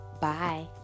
Bye